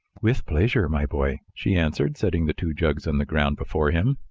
with pleasure, my boy! she answered, setting the two jugs on the ground before him.